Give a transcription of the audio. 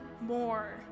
more